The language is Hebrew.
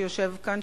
שיושב כאן,